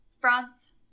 France